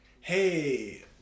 hey